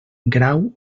grau